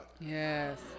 Yes